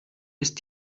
ist